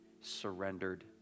surrendered